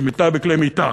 שמיטה בכלי מיטה.